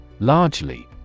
Largely